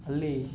ಅಲ್ಲಿ